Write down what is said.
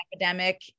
epidemic